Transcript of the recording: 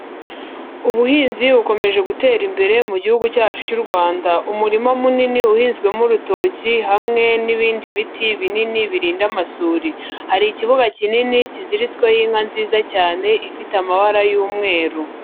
Ubuhinzi bukomeje gutera imbere mu Gihugu cyacu cy'u Rwanda, umurima munini uhinzwemo urutoki hamwe n'ibindi biti binini birinda amasuri. Hari ikibuga kinini kiziritsweho inka nziza cyane ifite amabara y'umweru.